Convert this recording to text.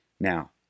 Now